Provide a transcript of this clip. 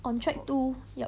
on track two yup